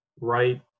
right